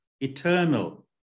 eternal